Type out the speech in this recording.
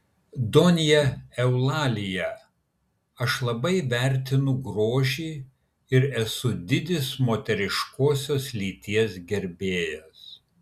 donja eulalija aš labai vertinu grožį ir esu didis moteriškosios lyties gerbėjas